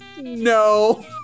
No